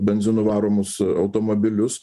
benzinu varomus automobilius